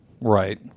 Right